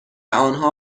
آنها